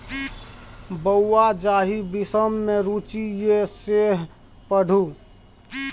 बौंआ जाहि विषम मे रुचि यै सैह पढ़ु